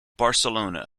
barcelona